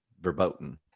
verboten